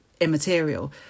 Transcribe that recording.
immaterial